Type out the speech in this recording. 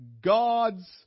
God's